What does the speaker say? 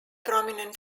prominent